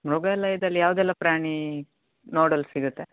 ಮೃಗಾಲಯದಲ್ಲಿ ಯಾವುದೆಲ್ಲ ಪ್ರಾಣಿ ನೋಡಲು ಸಿಗುತ್ತೆ